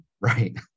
right